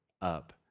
up